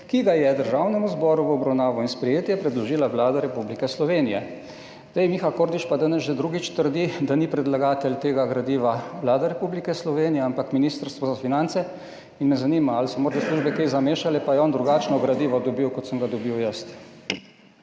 ki ga je Državnemu zboru v obravnavo in sprejetje predložila Vlada.« Miha Kordiš pa danes že drugič trdi, da ni predlagatelj tega gradiva Vlada Republike Slovenije, ampak Ministrstvo za finance. In me zanima, ali so morda službe kaj zamešale pa je on drugačno gradivo dobil, kot sem ga dobil jaz.